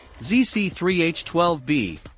ZC3H12B